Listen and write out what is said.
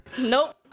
Nope